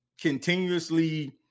continuously